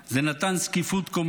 זה נתן זקיפות קומה.